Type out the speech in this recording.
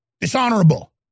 dishonorable